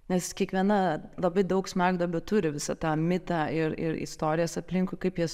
nes kiekviena labai daug smegduobių turi visą tą mitą ir ir istorijas aplinkui kaip jos